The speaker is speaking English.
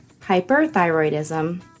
hyperthyroidism